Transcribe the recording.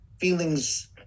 feelings